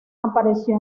apareció